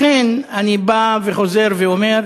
לכן אני חוזר ואומר